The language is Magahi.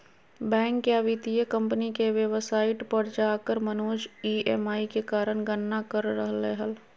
बैंक या वित्तीय कम्पनी के वेबसाइट पर जाकर मनोज ई.एम.आई के गणना कर रहलय हल